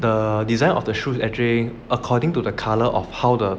the design of the shoes actually according to the colour of how the